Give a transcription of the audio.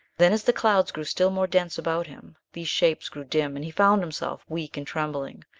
then, as the clouds grew still more dense about him, these shapes grew dim and he found himself, weak and trembling,